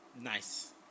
nice